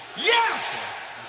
Yes